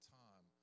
time